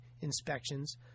Inspections